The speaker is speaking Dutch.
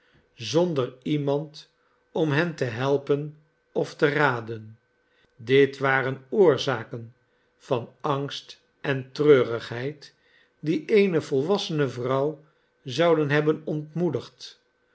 zonder iemand om hen te helpen of te raden dit waren oorzaken van angst en treurigheid die eene volwassene vrouw zouden hebben ontmoedigd